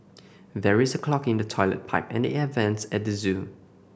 there is a clog in the toilet pipe and air vents at the zoo